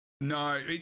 No